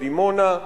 בדימונה,